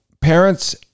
parents